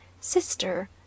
Sister